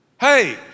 Hey